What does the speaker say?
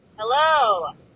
Hello